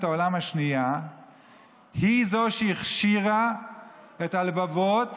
העולם השנייה היא זו שהכשירה את הלבבות